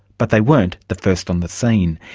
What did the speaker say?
but they weren't the first on the scene.